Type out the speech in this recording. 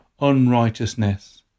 unrighteousness